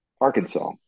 Arkansas